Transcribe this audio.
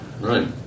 right